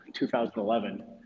2011